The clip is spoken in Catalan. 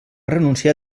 renunciar